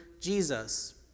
Jesus